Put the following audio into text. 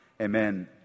amen